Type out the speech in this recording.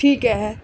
ਠੀਕ ਹੈ